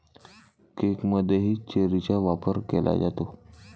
केकमध्येही चेरीचा वापर केला जातो